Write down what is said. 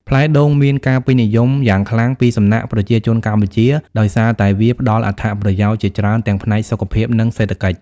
ផ្លែដូងមានការពេញនិយមយ៉ាងខ្លាំងពីសំណាក់ប្រជាជនកម្ពុជាដោយសារតែវាផ្តល់អត្ថប្រយោជន៍ជាច្រើនទាំងផ្នែកសុខភាព និងសេដ្ឋកិច្ច។